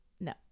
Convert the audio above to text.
no